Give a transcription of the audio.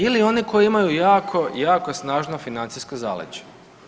Ili one koji imaju jako, jako snažno financijsko zaleđe.